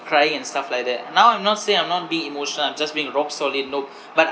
crying and stuff like that now I'm not saying I'm not being emotional I'm just being rock solid nope but